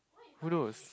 who knows